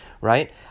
right